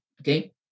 okay